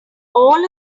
all